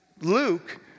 Luke